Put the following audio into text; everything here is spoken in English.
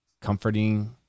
comforting